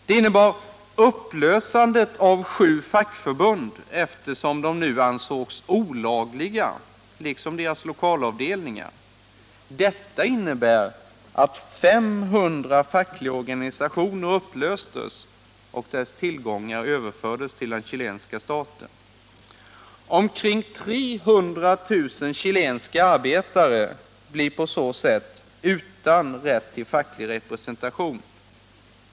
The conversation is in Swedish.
De innebär upplösandet av sju fackförbund liksom deras lokalavdelningar, eftersom de nu ansågs olagliga. 500 fackliga organisationer upplöstes och deras tillgångar överfördes till den chilenska staten. Omkring 300 000 chilenska arbetare blir på så sätt utan rätt till facklig representation.